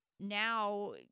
Now